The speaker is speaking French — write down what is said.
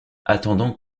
attendant